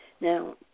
Now